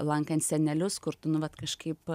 lankant senelius kur tu nu vat kažkaip